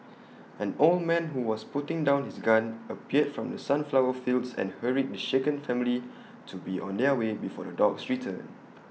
an old man who was putting down his gun appeared from the sunflower fields and hurried the shaken family to be on their way before the dogs return